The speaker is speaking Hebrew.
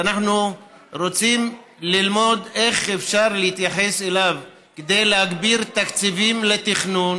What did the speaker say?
ואנחנו רוצים ללמוד איך אפשר להתייחס אליו כדי להגביר תקציבים לתכנון,